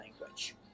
language